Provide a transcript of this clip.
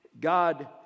God